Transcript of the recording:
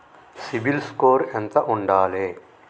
CIBIL score ఎంత ఉండాలే?